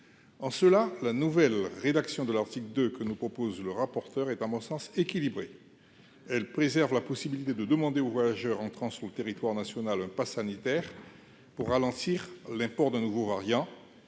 En cela, la nouvelle rédaction de l'article 2 que nous propose M. le rapporteur est à mon sens équilibrée. Elle préserve la possibilité de demander aux voyageurs entrant sur le territoire national un passe sanitaire pour ralentir l'import de nouveaux variants.